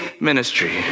ministry